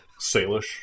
Salish